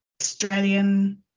Australian